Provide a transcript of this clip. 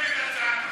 מנעתם מהם,